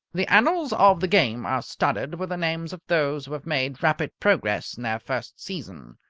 the annals of the game are studded with the names of those who have made rapid progress in their first season.